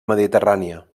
mediterrània